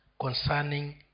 concerning